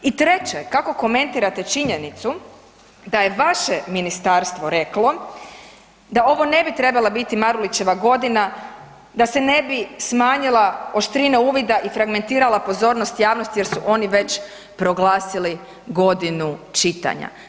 I treće kako komentirate činjenicu da je vaše ministarstvo reklo da ovo ne bi trebala biti Marulićeva godina da se ne bi smanjila oštrina uvida i fragmentrirala pozornost javnosti jer su oni već proglasili godinu čitanja.